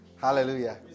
Hallelujah